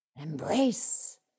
Embrace